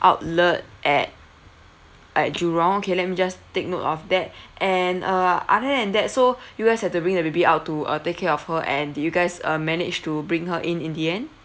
outlet at at jurong okay let me just take note of that and uh other than that so you guys had to bring the baby out to uh take care of her and did you guys uh managed to bring her in in the end